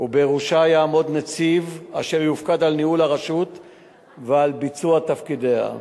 ובראשה יעמוד נציב אשר יופקד על ניהול הרשות ועל ביצוע תפקידיה.